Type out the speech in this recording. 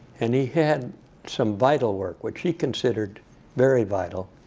and he had some vital work, which he considered very vital,